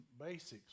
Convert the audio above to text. basics